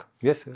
Yes